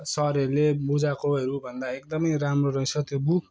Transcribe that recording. सरहरूले बुझाएकोहरूभन्दा एकदमै राम्रो रहेछ त्यो बुक